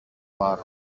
πάρω